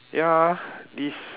ya this